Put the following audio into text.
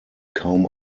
kaum